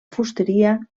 fusteria